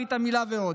ברית המילה ועוד.